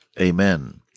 Amen